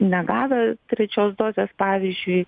negavę trečios dozės pavyzdžiui